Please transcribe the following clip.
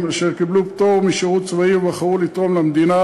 אשר קיבלו פטור משירות צבאי ובחרו לתרום למדינה.